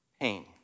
pain